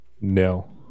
No